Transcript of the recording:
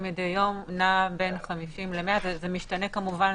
מדי יום נע בין 100-50. זה משתנה כמובן.